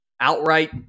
outright